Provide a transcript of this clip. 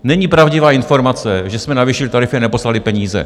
Není pravdivá informace, že jsme navýšili tarify a neposlali peníze.